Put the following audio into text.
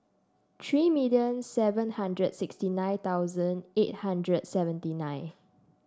three million seven hundred sixty nine thousand eight hundred seventy nine